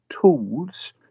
tools